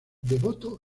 devoto